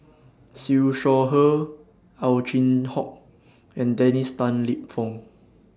Siew Shaw Her Ow Chin Hock and Dennis Tan Lip Fong